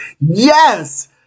Yes